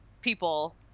people